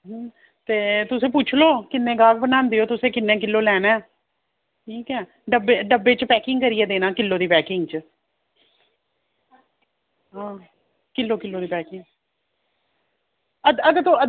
ते तुस पुच्छ लो किन्ने गाह्क बनांदे तुस ते किन्ने लैना ऐ डब्बे च पैकिंग करियै देना किलो दी पैकिंग च आ किलो किलो दी पैकिंग अद्धा अद्धा